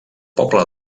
poble